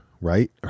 right